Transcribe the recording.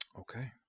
Okay